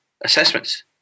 assessments